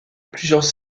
plusieurs